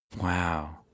Wow